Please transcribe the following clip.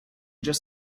just